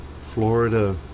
Florida